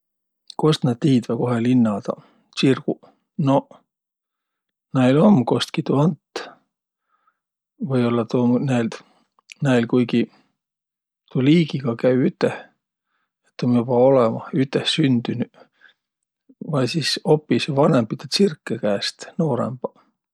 Kost nä tiidväq, kohe linnadaq, tsirguq? Noq, näil om kostki tuu ant. Või-ollaq tuu um näid- näil kuigi tuu liigiga käü üteh, et um joba olõmah ütehsündünüq vai sis opisõq vanõmbidõ tsirkõ käest noorõmbaq.